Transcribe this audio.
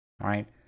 Right